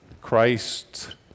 Christ